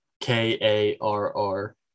K-A-R-R